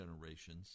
generations